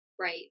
Right